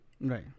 Right